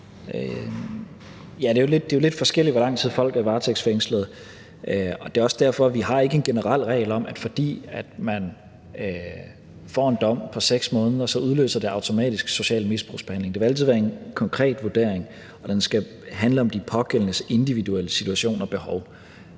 Det er jo lidt forskelligt, hvor lang tid folk er varetægtsfængslet, og det er også derfor, at vi ikke har en generel regel om, at det, når man får en dom på 6 måneder, automatisk udløser social misbrugsbehandling. Det vil altid være en konkret vurdering, og den skal handle om de pågældendes individuelle situation og behov.